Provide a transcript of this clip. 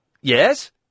Yes